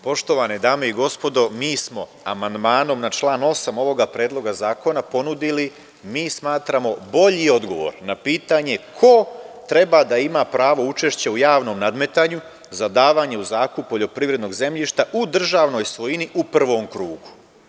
Poštovane dame i gospodo, mi smo amandmanom na član 8. ovog Predloga zakona ponudili, mi smatramo bolji odgovor na pitanje ko treba da ima pravo učešća u javnom nadmetanju za davanju u zakup poljoprivrednog zemljišta u državnoj svojini u prvom krugu.